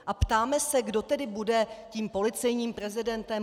A ptáme se, kdo tedy bude tím policejním prezidentem.